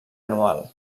anual